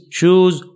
shoes